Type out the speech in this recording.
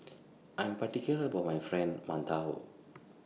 I Am particular about My Fried mantou